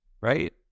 right